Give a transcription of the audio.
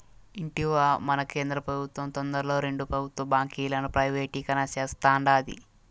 ఇంటివా, మన కేంద్ర పెబుత్వం తొందరలో రెండు పెబుత్వ బాంకీలను ప్రైవేటీకరణ సేస్తాండాది